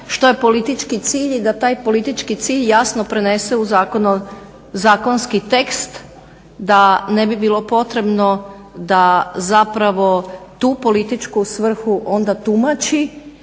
što je politički cilj i da taj politički cilj jasno prenese u zakonski tekst da ne bi bilo potrebno da zapravo tu političku svrhu onda tumači